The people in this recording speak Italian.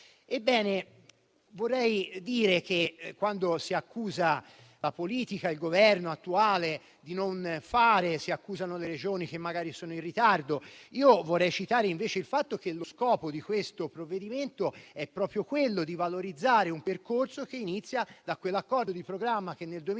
Ebbene, si accusano la politica, il Governo attuale di non fare o si accusano le Regioni che magari sono in ritardo, ma io vorrei citare il fatto che lo scopo di questo provvedimento è proprio quello di valorizzare un percorso iniziato da quell'accordo di programma tra il